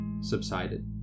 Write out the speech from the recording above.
subsided